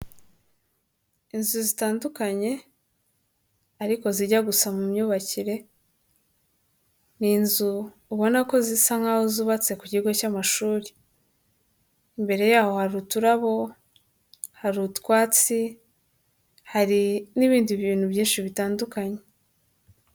Inzu zitandukanye ariko zijya gusa mu myubakire, ni inzu ubona ko zisa nkaho zubatse ku kigo cy'amashuri, imbere yaho hari uturabo, hari utwatsi, hari n'ibindi bintu byinshi bitandukanye.